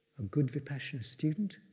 a good vipassana student.